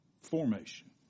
formation